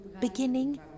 beginning